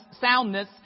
soundness